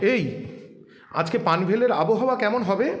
এই আজকে পানভেলের আবহাওয়া কেমন হবে